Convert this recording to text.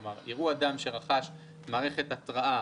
כלומר יראו אדם שרכש מערכת התרעה